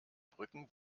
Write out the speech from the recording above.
brücken